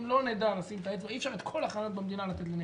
אם לא נדע לשים את האצבע אי אפשר את כל החניות במדינה לתת הנכים,